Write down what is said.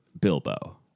Bilbo